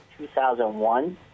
2001